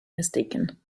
mistaken